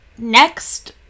Next